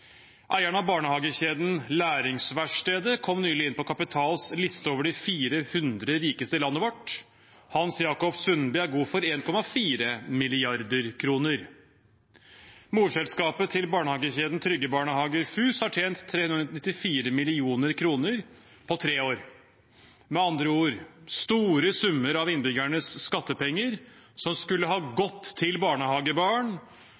av barnehagekjeden Læringsverkstedet kom nylig inn på Kapitals liste over de 400 rikeste i landet vårt, og Hans Jacob Sundby er god for 1,4 mrd. kr. Morselskapet til barnehagekjeden Trygge Barnehager, FUS, har tjent 394 mill. kr på tre år. Med andre ord: Store summer av innbyggernes skattepenger som skulle ha